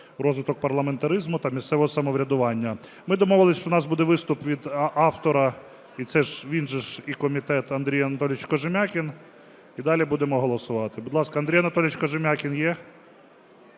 розвиток парламентаризму та місцевого самоврядування. Ми домовились, що у нас буде виступ від автора, і це він же ж і комітет, Андрій Анатолійович Кожем'якін, і далі будемо голосувати. Будь ласка, Андрій Анатолійович Кожем'якін є?